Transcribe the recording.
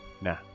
nah